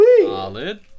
Solid